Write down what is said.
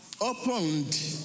opened